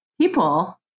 people